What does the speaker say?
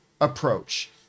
approach